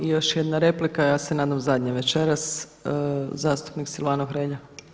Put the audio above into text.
I još jedna replika, ja se nadam zadnja večeras, zastupnik Silvano Hrelja.